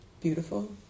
beautiful